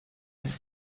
its